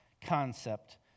concept